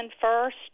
first